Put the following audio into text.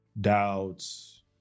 doubts